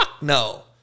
no